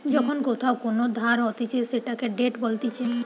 যখন কোথাও কোন ধার হতিছে সেটাকে ডেট বলতিছে